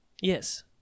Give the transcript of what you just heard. Yes